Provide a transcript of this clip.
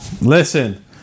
Listen